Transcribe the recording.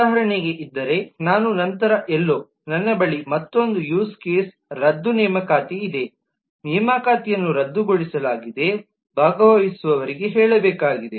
ಉದಾಹರಣೆಗೆ ಇದ್ದರೆ ನಾನು ನಂತರ ಎಲ್ಲೋ ನನ್ನ ಬಳಿ ಮತ್ತೊಂದು ಯೂಸ್ ಕೇಸ್ ರದ್ದು ನೇಮಕಾತಿ ಇದೆ ನೇಮಕಾತಿಯನ್ನು ರದ್ದುಗೊಳಿಸಲಾಗಿದೆ ಭಾಗವಹಿಸುವವರಿಗೆ ಹೇಳಬೇಕಾಗಿದೆ